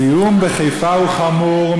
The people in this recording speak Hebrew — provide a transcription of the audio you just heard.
הזיהום בחיפה הוא חמור,